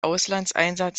auslandseinsatz